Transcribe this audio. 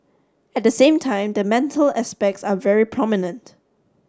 at the same time the mental aspects are very prominent